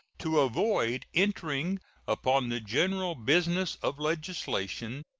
to avoid entering upon the general business of legislation,